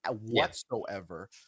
whatsoever